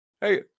hey